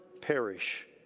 perish